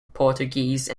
portuguese